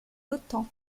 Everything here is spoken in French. d’autant